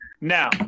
Now